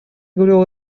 говорил